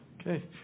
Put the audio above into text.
Okay